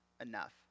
enough